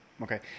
Okay